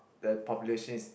the population is